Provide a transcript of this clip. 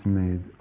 made